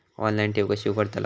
Online ठेव कशी उघडतलाव?